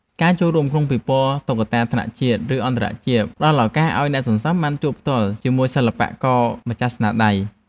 ការចូលរួមក្នុងពិព័រណ៍តុក្កតាថ្នាក់ជាតិ ឬអន្តរជាតិ ផ្ដល់ឱកាសឱ្យអ្នកសន្សំបានជួបផ្ទាល់ជាមួយសិល្បករម្ចាស់ស្នាដៃ។